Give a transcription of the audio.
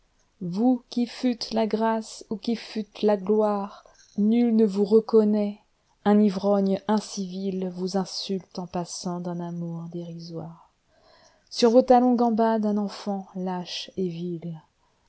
vous qui fûtes la grâce ou qui fûtes la gloire nul ne vous reconnaît un ivrogne incivilvous insulte en passant d'un amour dérisoire sur vos talons gambade un enfant lâche et